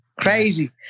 crazy